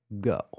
go